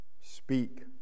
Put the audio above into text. speak